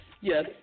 Yes